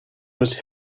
was